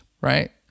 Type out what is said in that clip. Right